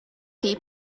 chi